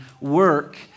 work